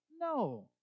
No